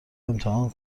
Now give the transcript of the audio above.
امتحان